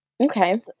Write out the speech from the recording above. Okay